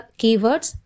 keywords